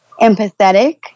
empathetic